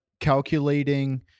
Calculating